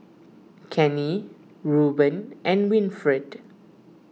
Kenney Rueben and Winfred